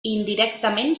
indirectament